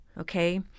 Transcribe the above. Okay